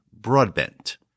Broadbent